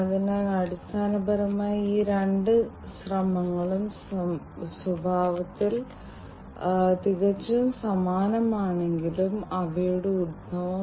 നിർമ്മാണ വ്യവസായങ്ങൾ കൃഷി ഖനനം ഗതാഗതം ലോജിസ്റ്റിക്സ് ആരോഗ്യ സംരക്ഷണം തുടങ്ങിയവ പോലുള്ള ഡൊമെയ്നുകൾ